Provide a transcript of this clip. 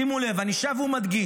שימו לב, אני שב ומדגיש: